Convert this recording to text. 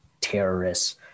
terrorists